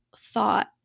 Thought